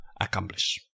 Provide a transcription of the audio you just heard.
accomplish